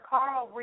Carl